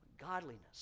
Godliness